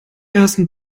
ersten